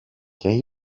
can